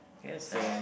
ya it's nice